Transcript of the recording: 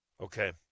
Okay